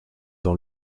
dans